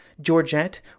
Georgette